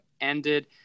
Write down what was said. ended